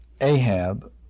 Ahab